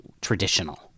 traditional